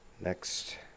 Next